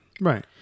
Right